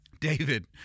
David